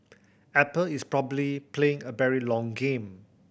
apple is probably playing a berry long game